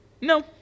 No